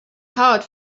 hard